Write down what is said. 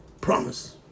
promise